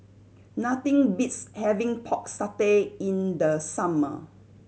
nothing beats having Pork Satay in the summer